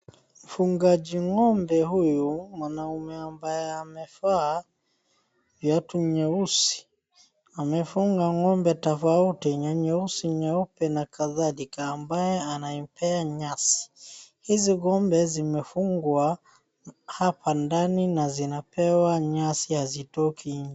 Mfungaji ng'ombe huyu, mwanaume ambaye amevaa viatu nyeusi. Amefunga ng'ombe tofauti, nyeusi nyeupe, na kathalika, ambaye anaipea nyasi. Hizi ng'ombe zimefungwa hapa ndani na zinapewa nyasi hazitoki nje.